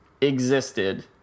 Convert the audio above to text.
existed